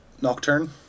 Nocturne